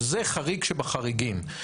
שזה חריג שבחריגים.